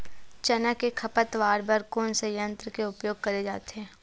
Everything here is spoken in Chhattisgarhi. चना के खरपतवार बर कोन से यंत्र के उपयोग करे जाथे?